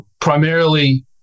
primarily